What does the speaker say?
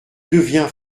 deviens